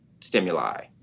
stimuli